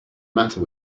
matter